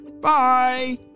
Bye